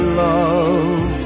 love